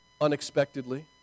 Unexpectedly